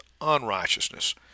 unrighteousness